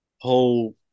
whole